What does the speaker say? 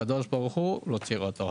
הקדוש ברוך הוא רוצה אותו.